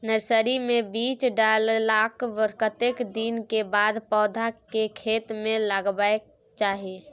Nursery मे बीज डाललाक कतेक दिन के बाद पौधा खेत मे लगाबैक चाही?